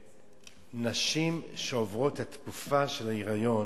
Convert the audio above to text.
שנשים שעוברות את התקופה של ההיריון,